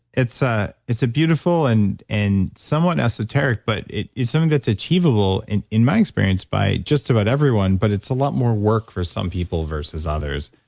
it's ah it's a beautiful and and somewhat esoteric, but it's something that's achievable in in my experience by just about everyone. but it's a lot more work for some people versus others.